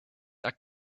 are